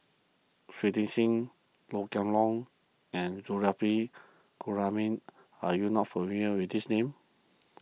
Shui Tit Sing Low Kway and Zulkifli are you not familiar with these names